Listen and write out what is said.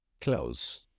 close